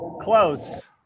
close